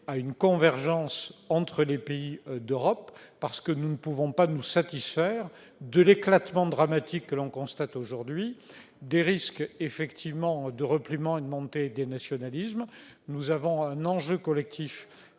à une convergence entre les pays d'Europe, parce que nous ne pouvons pas nous satisfaire de l'éclatement dramatique, que l'on constate aujourd'hui, des risques de repli sur soi et de montée des nationalismes. Nous devons relever un défi collectif